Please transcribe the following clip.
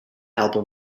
album